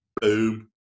Boom